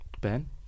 Ben